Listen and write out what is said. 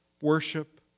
worship